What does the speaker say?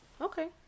okay